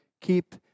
Keep